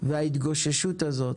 וההתגוששות הזאת